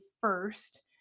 first